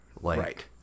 right